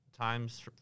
times